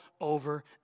over